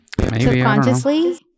subconsciously